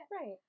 Right